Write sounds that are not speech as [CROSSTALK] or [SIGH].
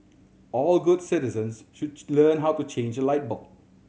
all good citizens should [UNINTELLIGIBLE] learn how to change a light bulb